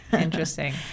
Interesting